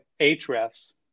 Hrefs